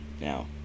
now